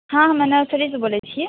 हँ हमे नरसरी से बोलै छियै